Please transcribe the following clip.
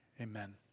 Amen